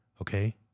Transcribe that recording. okay